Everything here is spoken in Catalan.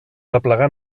replegar